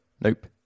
Nope